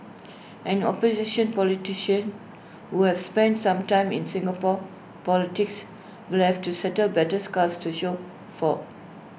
any opposition politician who has spent some time in Singapore politics will left to settle battle scars to show for